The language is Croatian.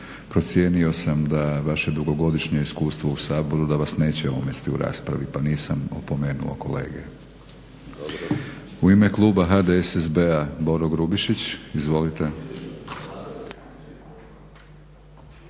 Procijenio sam da vaše dugogodišnje iskustvo u Saboru da vas neće omesti u raspravi, pa nisam opomenuo kolege. U ime kluba HDSSB-a, Boro Grubišić. Izvolite.